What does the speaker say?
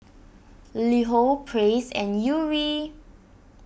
LiHo Praise and Yuri